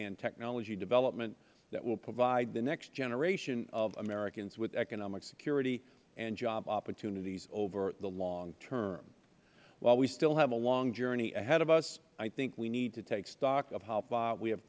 and technology development that will provide the next generation of americans with economic security and job opportunities over the long term while we still have a long journey ahead of us i think we need to take stock of how far we